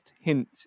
hint